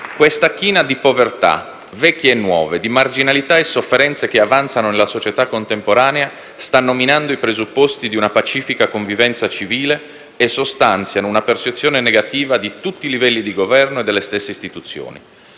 Questa china di povertà, vecchie e nuove, di marginalità e sofferenze che avanzano nella società contemporanea stanno minando i presupposti di una pacifica convivenza civile e sostanziano una percezione negativa di tutti i livelli di governo e delle stesse istituzioni,